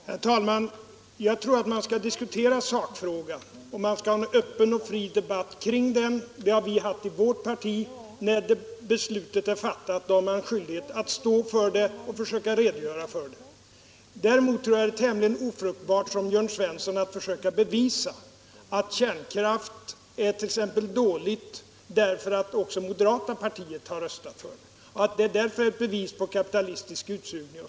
Herr talman! Jag tror att man skall diskutera sakfrågan, och man skall ha en öppen och fri debatt kring den. Det har vi haft i vårt parti. När beslutet är fattat har man skyldighet att stå för det och försöka redogöra för det. Däremot tror jag det är tämligen ofruktbart att som Jörn Svensson försöka bevisa att kärnkraften t.ex. är dålig därför att också det moderata partiet har röstat för den och att utnyttjande av kärnkraft därför skulle vara ett bevis på kapitalistisk utsugning.